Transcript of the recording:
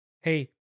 hey